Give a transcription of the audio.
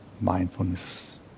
mindfulness